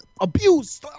Abuse